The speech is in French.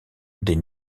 des